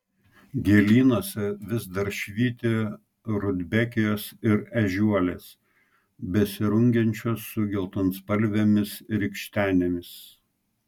gėlynuose vis dar švyti rudbekijos ir ežiuolės besirungiančios su geltonspalvėmis rykštenėmis